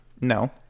No